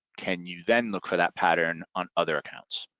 can you then look for that pattern on other accounts?